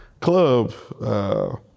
club